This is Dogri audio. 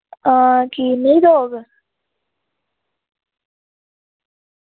हां की नेईं थोह्ग हां की नेईं थ्होग